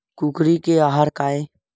कुकरी के आहार काय?